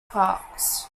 parks